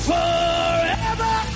Forever